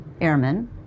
airmen